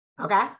Okay